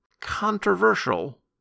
controversial